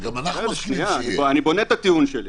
אני בונה את הטיעון שלי.